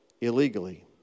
illegally